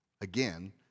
Again